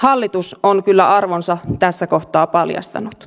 hallitus on kyllä arvonsa tässä kohtaa paljastanut